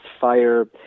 fire